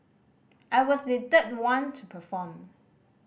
I was the third one to perform